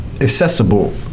accessible